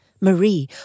Marie